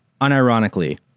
Unironically